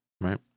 right